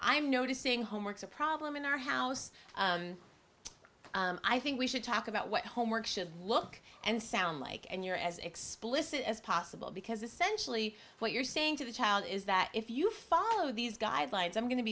i'm noticing homeworks a problem in our house i think we should talk about what homework should look and sound like and you're as explicit as possible because essentially what you're saying to the child is that if you follow these guidelines i'm going to